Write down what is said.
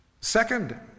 Second